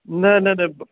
नहि नहि तऽ